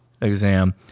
exam